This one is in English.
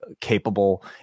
capable